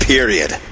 Period